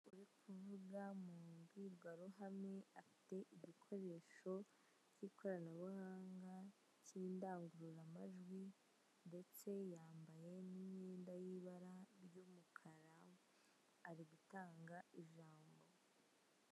Umugore mu kuvuga mu mbwirwaruhame afite igikoresho cy'ikoranabuhanga cy'indangururamajwi ndetse yambaye n' imyenda y'ibara ry'umukara ari gutanga ijambo.